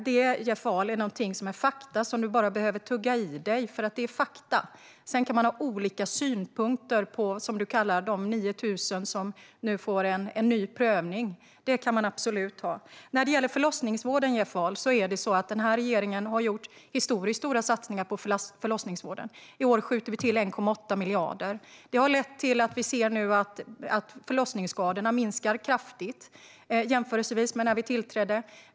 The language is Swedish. Det, Jeff Ahl, är fakta som du bara behöver tugga i dig eftersom det är fakta. Sedan kan man ha olika synpunkter på dem du kallar de 9 000 som nu får en ny prövning. Det kan man absolut ha. När det gäller förlossningsvården, Jeff Ahl, har den här regeringen gjort historiskt stora satsningar på den. I år skjuter vi till 1,8 miljarder. Det har lett att vi nu ser att förlossningsskadorna minskar kraftigt i jämförelse med när vi tillträdde.